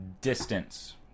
distance